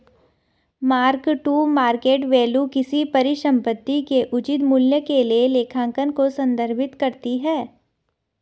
mark to market value किसी परिसंपत्ति के उचित मूल्य के लिए लेखांकन को संदर्भित करता है